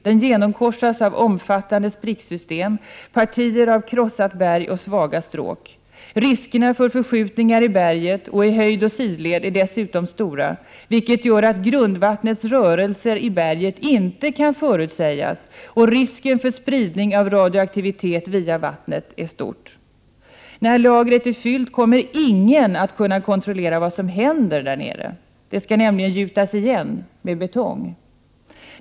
Den genomkorsas av omfattande spricksystem, partier av krossat berg och svaga stråk. Riskerna för förskjutningar av berget i höjdoch sidled är dessutom stora, vilket gör att grundvattnets rörelser i berget inte kan förutsägas, och risken för spridning av radioaktivitet via vattnet är stor. — När lagret är fyllt kommer ingen att kunna kontrollera vad som händer där nere. Det skall nämligen gjutas igen med betong.